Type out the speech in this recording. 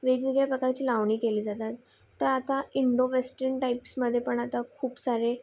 वेगवेगळ्या प्रकारची लावणी केली जातात तर आता इंडो वेस्टर्न टाईप्समध्ये पण आता खूप सारे